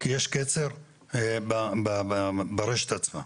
כי יש קצר ברשת עצמה.